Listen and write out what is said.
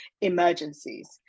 emergencies